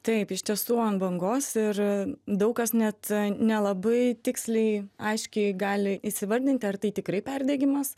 taip iš tiesų ant bangos ir daug kas net nelabai tiksliai aiškiai gali įsivardinti ar tai tikrai perdegimas